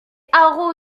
haro